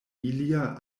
ilia